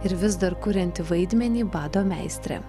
ir vis dar kurianti vaidmenį bado meistre